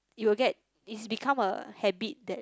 you will get it's become a habit that